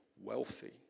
wealthy